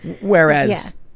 Whereas